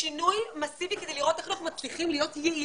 שינוי מסיבי כדי לראות איך אנחנו מצליחים להיות יעילים